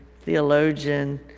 theologian